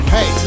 Hey